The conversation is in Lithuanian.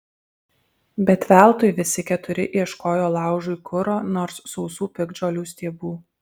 bet veltui visi keturi ieškojo laužui kuro nors sausų piktžolių stiebų